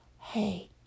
hey